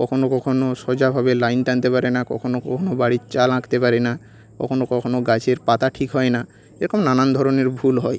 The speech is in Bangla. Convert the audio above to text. কখনও কখনও সোজাভাবে লাইন টানতে পারে না কখনও কখনও বাড়ির চাল আঁকতে পারে না কখনও কখনও গাছের পাতা ঠিক হয় না এরকম নানান ধরনের ভুল হয়